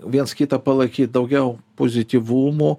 viens kitą palaikyt daugiau pozityvumo